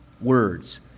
words